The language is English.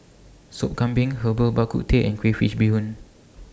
Sop Kambing Herbal Bak Ku Teh and Crayfish Beehoon